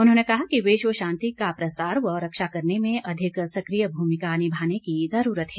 उन्होंने कहा कि विश्व शांति का प्रसार व रक्षा करने में अधिक सकिय भूमिका निभाने की जरूरत है